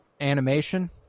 animation